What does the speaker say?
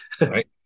right